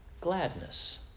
gladness